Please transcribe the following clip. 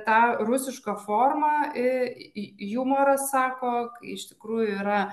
tą rusišką formą e ju jumoras sako iš tikrųjų yra